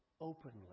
openly